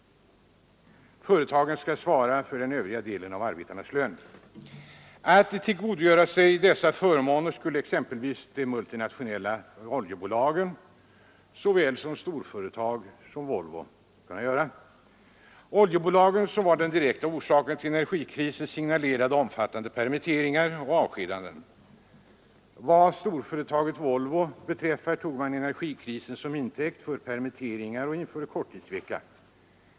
Företagen skall svara för den övriga delen av arbetarnas lön. Bland dem som skulle kunna tillgodogöra sig dessa förmåner finns exempelvis de multinationella oljebolagen och storföretaget Volvo. Oljebolagen, som var den direkta orsaken till energikrisen, signalerade omfattande permitteringar och avskedanden. Vad storföretaget Volvo beträffar tog man energikrisen till intäkt för permitteringar, och man införde korttidsvecka.